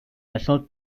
national